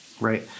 right